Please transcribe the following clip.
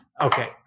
okay